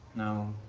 no,